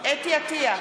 אתי עטייה,